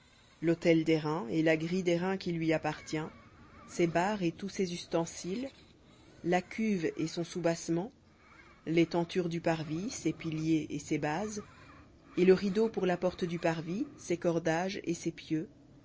l'autel d'airain et la grille d'airain qui lui appartient ses barres et tous ses ustensiles la cuve et son soubassement les tentures du parvis ses piliers et ses bases et le rideau pour la porte du parvis ses cordages et ses pieux